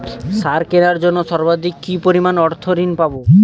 সার কেনার জন্য সর্বাধিক কি পরিমাণ অর্থ ঋণ পাব?